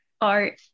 art